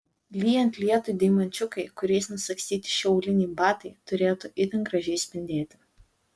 lyjant lietui deimančiukai kuriais nusagstyti šie auliniai batai turėtų itin gražiai spindėti